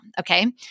Okay